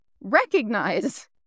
recognize